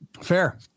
Fair